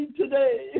today